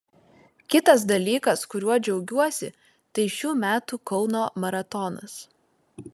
kitas dalykas kuriuo džiaugiuosi tai šių metų kauno maratonas